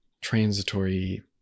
transitory